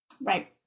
Right